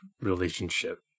relationship